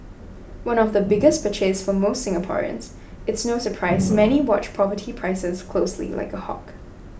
one of the biggest purchase for most Singaporeans it's no surprise many watch property prices closely like a hawks